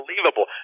unbelievable